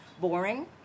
boring